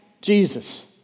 Jesus